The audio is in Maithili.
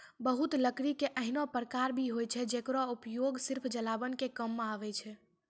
बहुत लकड़ी के ऐन्हों प्रकार भी छै जेकरो उपयोग सिर्फ जलावन के काम मॅ आवै छै